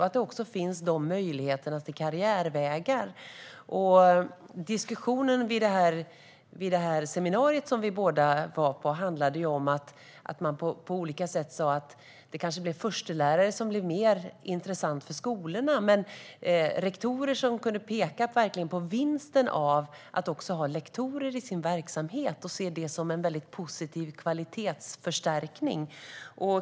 Det bör också finnas möjligheter till karriärvägar. Diskussionen vid seminariet som vi båda var på handlade om att det kanske på olika sätt blir förstelärare som blir mer intressanta för skolorna. Men det fanns rektorer som verkligen kunde peka på vinsten med att också ha lektorer i verksamheten och såg det som en väldigt positiv kvalitetsförstärkning.